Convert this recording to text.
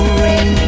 rain